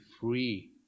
free